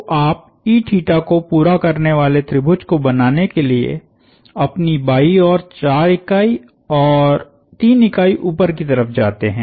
तो आप को पूरा करने वाले त्रिभुज को बनाने के लिए अपनी बाईं ओर 4 इकाई और 3 इकाई ऊपर की तरफ जाते हैं